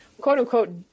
quote-unquote